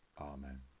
Amen